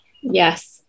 Yes